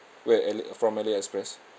where ali from ali express